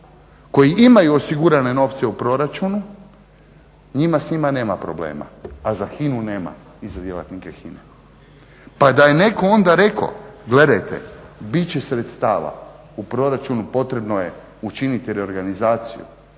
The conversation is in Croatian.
koji imaju osigurane novce u proračunu njima s njima nema problema, a za HINA-u nema i za djelatnike HINA-e. Pa da je netko onda rekao gledajte bit će sredstava u proračunu, potrebno je učiniti reorganizaciju,